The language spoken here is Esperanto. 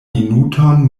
minuton